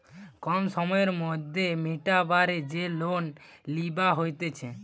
কম সময়ের মধ্যে মিটাবার যে লোন লিবা হতিছে